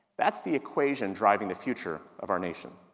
that's the equation driving the future of our nation.